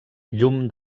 llum